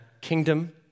kingdom